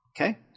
Okay